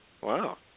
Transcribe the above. Wow